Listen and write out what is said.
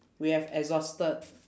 we have exhausted